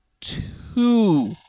two